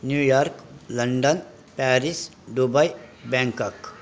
New York London Paris Dubai Bangkok